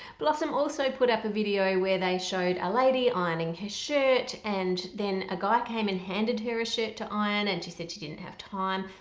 blossom also put up a video where they showed a lady ironing her shirt and then a guy came in handed her a shirt to iron and she said she didn't have time.